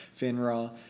FINRA